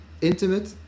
intimate